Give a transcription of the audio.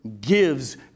gives